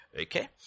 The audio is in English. Okay